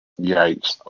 Yikes